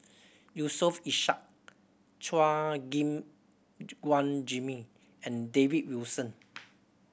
Yusof Ishak Chua Gim Guan Jimmy and David Wilson